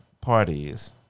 parties